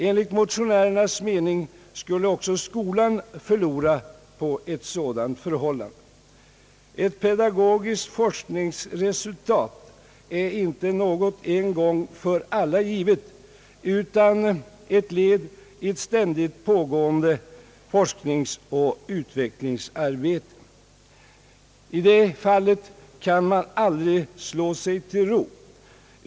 Enligt motionärernas mening skulle också skolan förlora på ett sådant förhållande. Ett pedagogiskt forskningsresultat är inte något en gång för alla givet, utan ett led i ett ständigt pågående forskningsoch utvecklingsarbete. I det fallet kan man aldrig slå sig till ro.